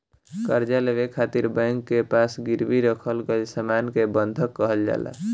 कर्जा लेवे खातिर बैंक के पास गिरवी रखल गईल सामान के बंधक कहल जाला